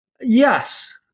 Yes